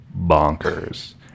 bonkers